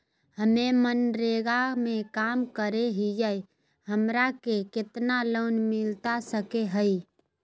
हमे मनरेगा में काम करे हियई, हमरा के कितना लोन मिलता सके हई?